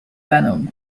venom